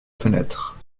fenêtre